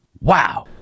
Wow